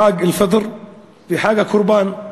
חג אל-פיטר וחג הקורבן,